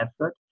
effort